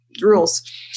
Rules